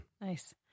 Nice